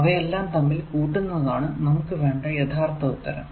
അവയെല്ലാം തമ്മിൽ കൂട്ടുന്നതാണ് നമുക്ക് വേണ്ട യഥാർത്ഥ ഉത്തരം